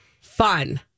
Fun